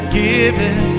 given